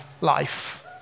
life